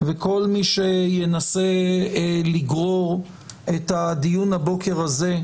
וכל מי שינסה לגרור את הדיון הבוקר הזה,